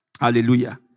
Hallelujah